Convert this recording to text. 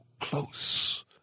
close